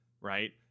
Right